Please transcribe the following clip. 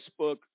Facebook